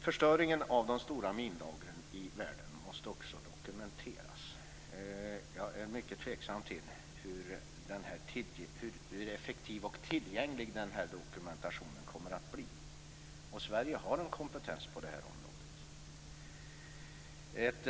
Förstöringen av de stora minlagren i världen måste dokumenteras. Jag är tveksam till hur effektiv och tillgänglig dokumentationen kommer att bli. Sverige har en kompetens på området.